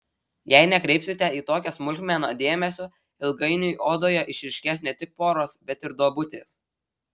jei nekreipsite į tokią smulkmeną dėmesio ilgainiui odoje išryškės ne tik poros bet ir duobutės